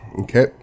Okay